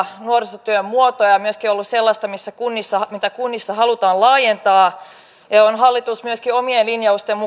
nuorisotyön muoto ja myöskin ollut sellaista mitä kunnissa halutaan laajentaa hallitus on myöskin omien linjaustensa